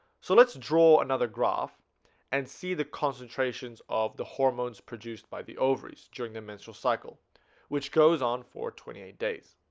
so let's draw another graph and see the concentrations of the hormones produced by the ovaries during the menstrual cycle which goes on for twenty eight days